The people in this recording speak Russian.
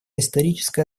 историческая